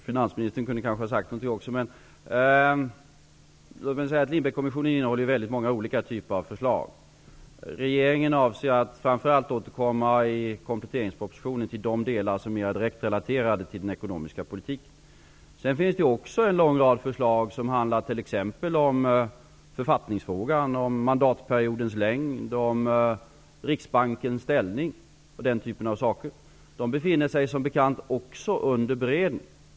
Fru talman! Lindbeckkommissionen har lagt fram väldigt många olika typer av förslag. Regeringen avser att i kompletteringspropositionen återkomma framför allt till de delar som är direkt relaterade till den ekonomiska politiken. Sedan finns det också en lång rad förslag som handlar om t.ex. författningsfrågan, mandatperiodens längd, Riksbankens ställning osv. Också dessa förslag befinner sig som bekant under beredning.